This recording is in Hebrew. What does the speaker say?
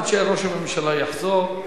עד שראש הממשלה יחזור,